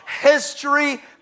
History